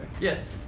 Yes